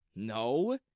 No